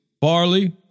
barley